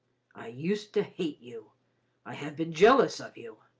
i used to hate you i have been jealous of you.